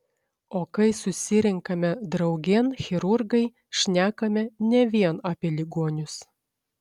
o kai susirenkame draugėn chirurgai šnekame ne vien apie ligonius